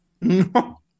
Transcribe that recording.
No